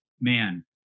man